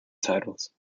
titles